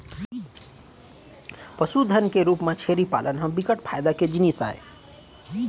पसुधन के रूप म छेरी पालन ह बिकट फायदा के जिनिस आय